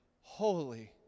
Holy